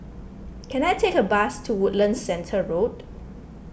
can I take a bus to Woodlands Centre Road